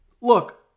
look